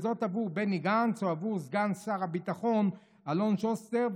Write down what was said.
וזאת עבור בני גנץ או עבור סגן שר הביטחון אלון שוסטר,